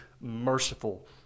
merciful